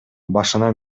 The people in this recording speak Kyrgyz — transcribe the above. башына